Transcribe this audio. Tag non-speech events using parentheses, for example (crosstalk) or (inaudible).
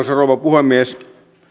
(unintelligible) rouva puhemies